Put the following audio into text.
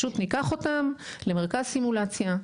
פשוט ניקח אותם למרכז סימולציה,